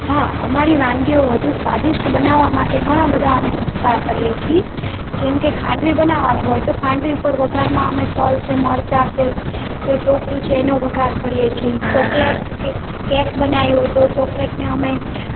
હા અમારી વાનગીઓ વધુ સ્વાદિષ્ટ બનાવવા માટે ઘણા બધા અમે નુસખા કરીએ છી જેમકે ખાંડવી બનાવવાની હોય તો ખાંડવી ઉપર વઘારમાં અમે તલ છે મરચાં છે કે ટોપરું છે એનો વઘાર કરીએ છીએ ચૉકલેટ કે કેક બનાવવી હોય તો ચૉકલેટને અમે